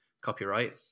copyright